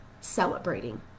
celebrating